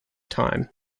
time